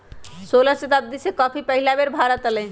सोलह शताब्दी में कॉफी पहिल बेर भारत आलय